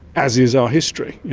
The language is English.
as is our history, you